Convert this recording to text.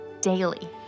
daily